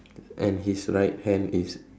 and his right hand is